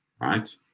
right